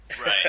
Right